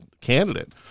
candidate